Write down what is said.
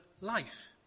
life